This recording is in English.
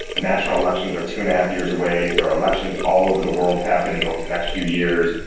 national elections are two and a half years away, there are elections all over the world happening over the next few years,